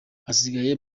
hasigaye